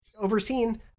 overseen